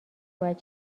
باید